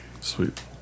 Sweet